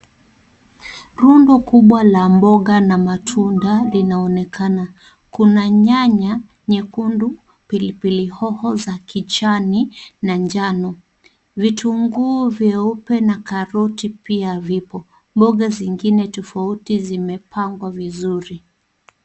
Rundo kubwa la mboga na matunda linaonekana. Kuna nyanya nyekundu, pilipili hoho za kijani na njano, vitunguu vyeupe na karoti pia vipo. Mboga zingine tofauti zimepangwa vizuri.